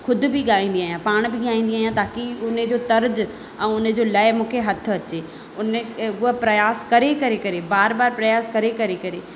ख़ुदि बि गाईंदी आहियां पाण बि गाईंदी आहियां ताक़ी उन जो तर्ज ऐं उन जो लय मूंखे हथु अचे उन उहो प्रयास करे करे करे बार बार प्रयास करे करे करे